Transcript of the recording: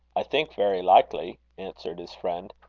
i think very likely, answered his friend.